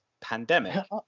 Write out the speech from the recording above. pandemic